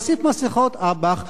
להוסיף מסכות אב"כ,